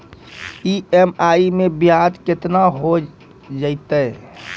EMI मैं ब्याज केतना हो जयतै?